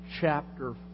chapter